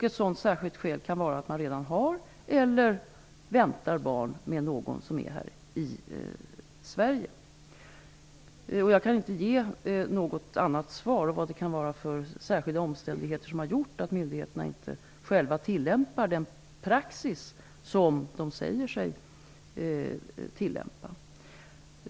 Ett sådant särskilt skäl kan vara att man redan har eller väntar barn med någon här i Sverige. Jag kan inte ge något annat svar på vilka särskilda omständigheter som har medfört att myndigheterna inte själva tillämpar den praxis som de säger sig tillämpa.